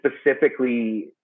specifically